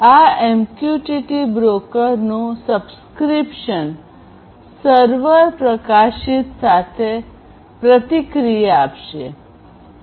આ એમક્યુટીટી બ્રોકરનું subscription server પ્રકાશિત સાથે પ્રતિક્રિયા આપશે